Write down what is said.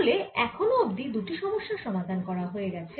তাহলে এখনো অবধি দুটি সমস্যার সমাধান হয়ে গেছে